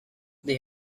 they